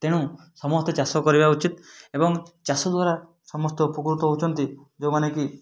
ତେଣୁ ସମସ୍ତେ ଚାଷ କରିବା ଉଚିତ୍ ଏବଂ ଚାଷ ଦ୍ବାରା ସମସ୍ତେ ଉପକୃତ ହଉଛନ୍ତି ଯେଉଁ ମାନେ କି